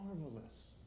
marvelous